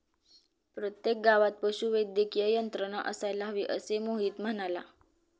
प्रत्येक गावात पशुवैद्यकीय यंत्रणा असायला हवी, असे मोहित म्हणाला